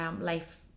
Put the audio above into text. Life